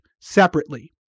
separately